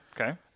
Okay